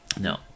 No